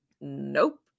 nope